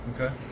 Okay